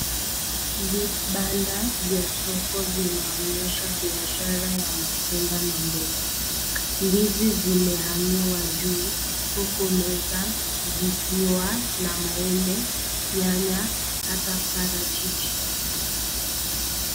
Vibanda vya soko vinaonyesha biashara ya matunda na mboga. Ndizi zimehang'iwa juu huku meza zikiwa na maembe, nyanya hata parachichi.